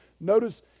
Notice